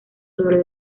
sobre